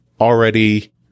already